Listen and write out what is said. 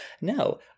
No